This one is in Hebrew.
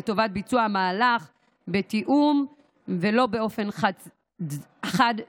לטובת ביצוע המהלך בתיאום ולא באופן חד-צדדי.